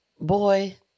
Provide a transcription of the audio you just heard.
Boy